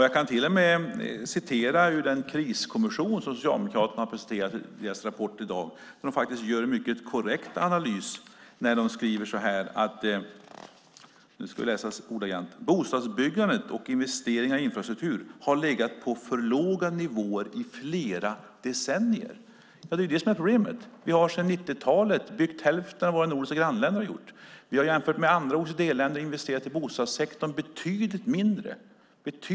Jag kan till och med citera ur den rapport från Socialdemokraternas kriskommission som har presenterats i dag, där de gör en mycket korrekt analys när de skriver: "Bostadsbyggandet och investeringarna i infrastruktur har legat på för låga nivåer i flera decennier." Det är det som är problemet. Vi har sedan 90-talet byggt hälften av det våra nordiska grannländer har byggt. Vi har jämfört med andra OECD-länder investerat i bostadssektorn betydligt mindre.